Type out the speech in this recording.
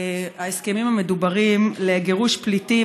ההסכמים המדוברים לגירוש פליטים,